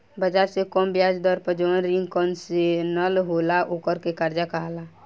बाजार से कम ब्याज दर पर जवन रिंग कंसेशनल होला ओकरा के कर्जा कहाला